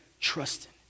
trusting